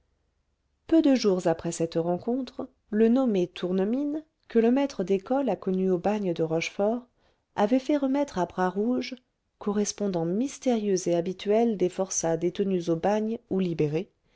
peu de jours après cette rencontre le nommé tournemine que le maître d'école a connu au bagne de rochefort avait fait remettre à bras rouge correspondant mystérieux et habituel des forçats détenus au bagne ou libérés